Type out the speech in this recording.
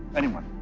anyone.